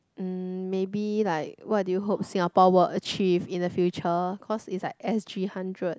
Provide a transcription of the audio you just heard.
mm maybe like what do you hope Singapore will achieve in the future cause is like s_g hundred